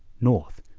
north,